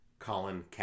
Colin